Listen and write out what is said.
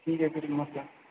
ठीक है फिर नमस्कार